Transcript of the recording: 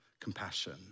compassion